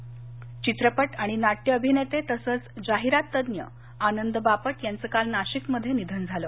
निधन चित्रपट आणि नाट्य अभिनेते तसंच जाहिराततज्ञ आनंद बापट यांचं काल नाशिकमध्ये निधन झालं